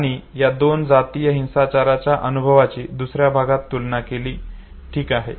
आणि या दोन जातीय हिंसाचाराच्या अनुभवाची दुसऱ्या भागात तुलना केली ठीक आहे